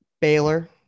Baylor